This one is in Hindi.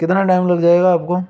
कितना टाइम लग जाएगा आपको